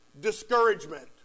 discouragement